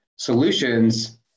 solutions